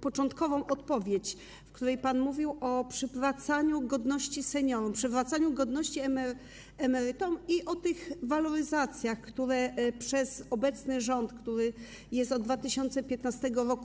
początkową odpowiedź, w której pan mówił o przywracaniu godności seniorom, przywracaniu godności emerytom i o waloryzacjach, które realizuje obecny rząd, który jest od 2015 r.